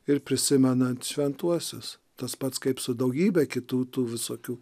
ir prisimenant šventuosius tas pats kaip su daugybe kitų tų visokių